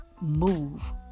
move